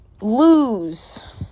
lose